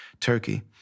Turkey